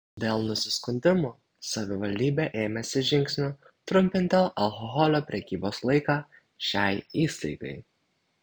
dėl nusiskundimų savivaldybė ėmėsi žingsnių trumpinti alkoholio prekybos laiką šiai įstaigai